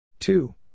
Two